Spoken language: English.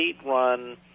state-run